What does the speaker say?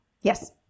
yes